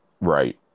Right